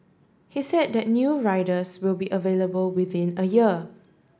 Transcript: he said that new riders will be available within a year